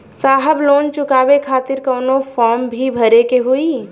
साहब लोन चुकावे खातिर कवनो फार्म भी भरे के होइ?